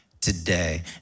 Today